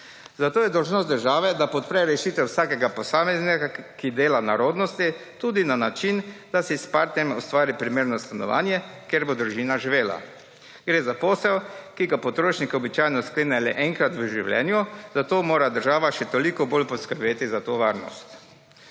zato je dolžnost države, da podpre rešitev vsakega posameznega, ki dela na rodnosti, tudi na način, da si s partnerjem ustvari primerno stanovanje ,kjer bo družina živela. Gre za posel, ki ga potrošnik običajno sklene le enkrat v življenju, zato mora država še toliko bolj poskrbeti za to varnost.